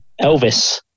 Elvis